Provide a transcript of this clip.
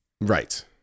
Right